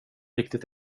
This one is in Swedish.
riktigt